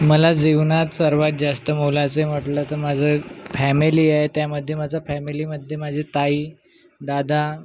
मला जीवनात सर्वात जास्त मोलाचे म्हटलं तर माझं फॅमिली आहे त्यामध्ये माझं फॅमिलीमध्ये माझी ताई दादा